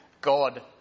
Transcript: god